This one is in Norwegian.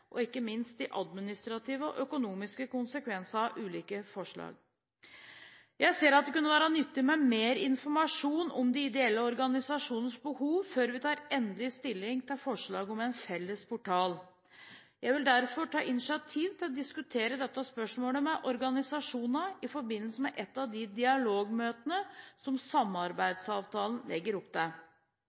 og ikke minst de administrative og økonomiske konsekvensene av ulike forslag. Jeg ser at det kunne vært nyttig med mer informasjon om de ideelle organisasjonenes behov før vi tar endelig stilling til forslaget om en felles portal. Jeg vil derfor ta initiativ til å diskutere dette spørsmålet med organisasjonene i forbindelse med et av de dialogmøtene som samarbeidsavtalen legger opp til.